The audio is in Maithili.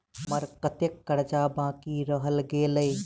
हम्मर कत्तेक कर्जा बाकी रहल गेलइ?